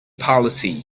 policy